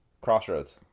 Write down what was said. Crossroads